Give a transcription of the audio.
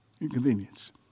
Inconvenience